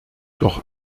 doch